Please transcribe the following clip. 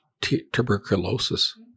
tuberculosis